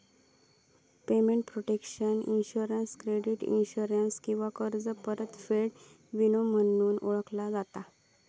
payment protection insurance credit insurance किंवा कर्ज परतफेड विमो म्हणूनही ओळखला जाता